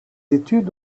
études